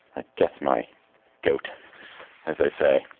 ah gets my goat as they say,